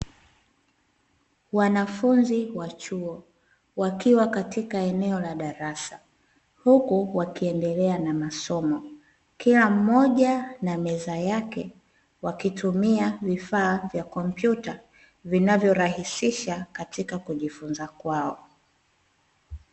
Wanafunzi wa chuo wakiwa katika eneo la darasa huku wakiendelea na masomo. Kila mmoja na meza yake wakitumia vifaa vya kompyuta vinavyorahisisha katika kujifunza kwao.